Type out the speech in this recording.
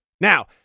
Now